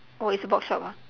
oh it's a box shop ah